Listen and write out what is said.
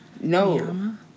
no